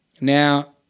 Now